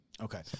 Okay